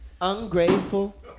Ungrateful